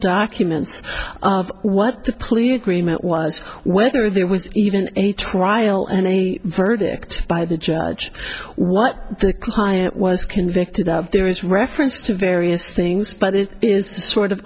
police agreement was whether there was even a trial and a verdict by the judge what the client was convicted out there is reference to various things but it is sort of